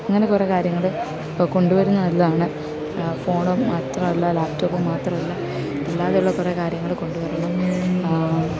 അങ്ങനെ കുറെ കാര്യങ്ങൾ ഇപ്പോൾ കൊണ്ടു വരുന്നത് നല്ലതാണ് ഫോണും മാത്രമല്ല ലാപ്ടോപ്പും മാത്രമല്ല അല്ലാതെയുള്ള കുറേ കാര്യങ്ങൾ കൊണ്ടുവരണം